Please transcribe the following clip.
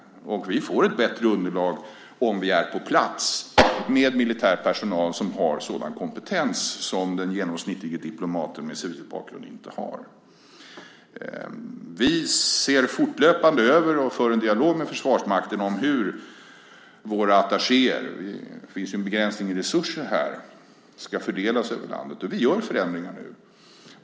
Och vi får ett bättre underlag om vi är på plats med militär personal som har sådan kompetens som den genomsnittlige diplomaten med civil bakgrund inte har. Vi ser fortlöpande över frågan och för en dialog med Försvarsmakten om hur våra attachéer ska fördelas över världen; det finns ju en begränsning i resurser. Nu gör vi förändringar.